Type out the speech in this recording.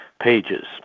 pages